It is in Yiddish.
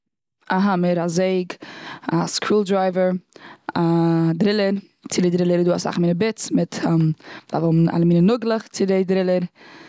א האמער, א זעג, א סקרול דרייווער, א דרילער. צו די דרילער איז דא אלע מינע ביטס, און מ'דארף האבן אסאך מינע נאגלעך צו די דרילער.